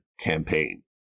campaign